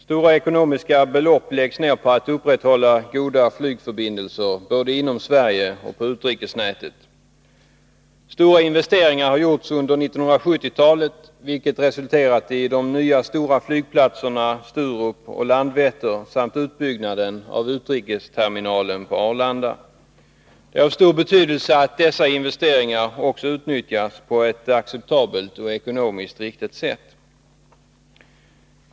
Fru talman! Stora ekonomiska belopp läggs ned på att upprätthålla goda flygförbindelser både inom Sverige och på utrikesnätet. Betydande investeringar har gjorts under 1970-talet, vilket resulterat i de nya stora flygplatserna Sturup och Landvetter samt utbyggnaden av utrikesterminalen på Arlanda. Det är av stor betydelse att dessa investeringar också utnyttjas på ett acceptabelt och ekonomiskt riktigt sätt.